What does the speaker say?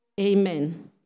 Amen